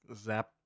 zap